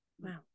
Wow